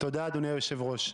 --- אני קורא לך לסדר פעם ראשונה.